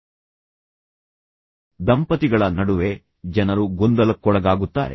ಎರಡು ದೃಷ್ಟಿಯಲ್ಲಿ ಆದರೆ ಉದಾಹರಣೆಗೆ ಸ್ನೇಹಿತರ ನಡುವೆ ಪ್ರೇಮಿಗಳ ನಡುವೆ ತುಂಬಾ ಹತ್ತಿರವಿರುವ ದಂಪತಿಗಳ ನಡುವೆ ಜನರು ಗೊಂದಲಕ್ಕೊಳಗಾಗುತ್ತಾರೆ